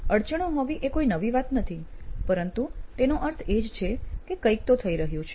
અડચણો હોવી એ કઈ નવી વાત નથી પરંતુ તેનો અર્થ એ જ છે કે કઈંક તો થઇ રહ્યું છે